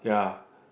ya